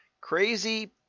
Crazy